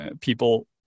people